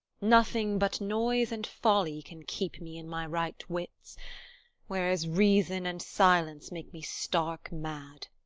nothing but noise and folly can keep me in my right wits whereas reason and silence make me stark mad.